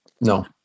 No